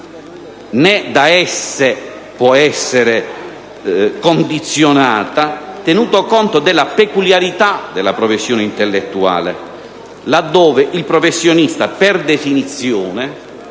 né da esse può essere condizionata, tenuto conto della peculiarità della professione intellettuale, nell'ambito della quale il professionista per definizione